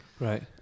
Right